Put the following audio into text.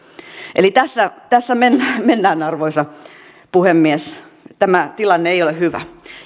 eli tässä tässä mennään arvoisa puhemies tämä tilanne ei ole hyvä